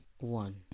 one